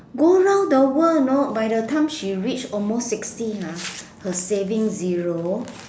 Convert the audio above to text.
go round the world know by the time she reach almost sixty ah her savings zero